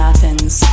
Athens